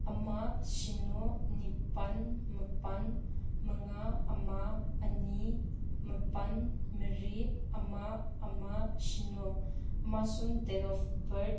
ꯑꯃ ꯁꯤꯟꯅꯣ ꯅꯤꯄꯥꯜ ꯃꯥꯄꯜ ꯃꯉꯥ ꯑꯃ ꯑꯅꯤ ꯃꯥꯄꯜ ꯃꯔꯤ ꯑꯃ ꯑꯃ ꯁꯤꯟꯅꯣ ꯑꯃꯁꯨꯡ ꯗꯦꯗ ꯑꯣꯐ ꯕꯥꯔꯗ